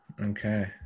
Okay